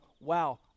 wow